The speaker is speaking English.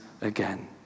again